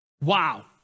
Wow